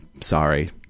sorry